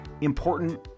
important